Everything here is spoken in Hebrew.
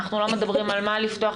אנחנו לא מדברים על מה לפתוח,